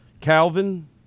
Calvin